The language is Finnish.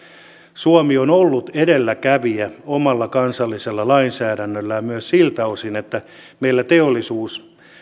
suomi on ollut edelläkävijä omalla kansallisella lainsäädännöllään myös siltä osin että meillä teollisuus